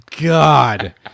God